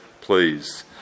please